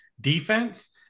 defense